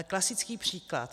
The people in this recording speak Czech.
Klasický příklad.